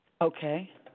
Okay